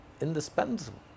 indispensable